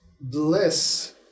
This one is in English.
bliss